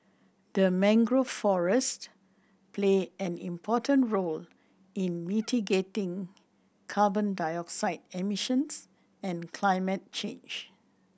the mangrove forest play an important role in mitigating carbon dioxide emissions and climate change